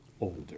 older